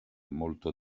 molto